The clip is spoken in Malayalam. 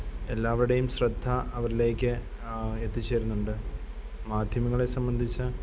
എല്ലാവരുടെയും ശ്രദ്ധ അവരിലേക്ക് എത്തിച്ചേരുന്നുണ്ട് മാധ്യമങ്ങളെ സംബന്ധിച്ച്